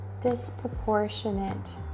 disproportionate